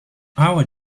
our